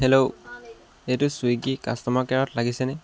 hello এইটো Swiggy customer কেয়াৰত লাগিছেনে